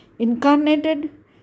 Incarnated